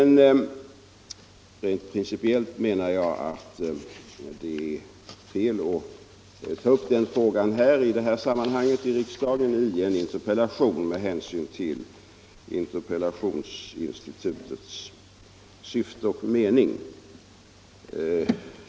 Rent principiellt menar jag emellertid att det är fel att ta upp denna fråga som interpellation i riksdagen, med hänsyn till interpellationsinstitutets syfte och mening.